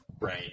right